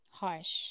Harsh